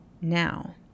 now